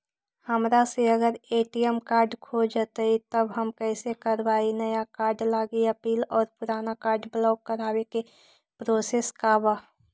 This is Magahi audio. हमरा से अगर ए.टी.एम कार्ड खो जतई तब हम कईसे करवाई नया कार्ड लागी अपील और पुराना कार्ड ब्लॉक करावे के प्रोसेस का बा?